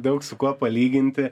daug su kuo palyginti